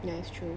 ya that's true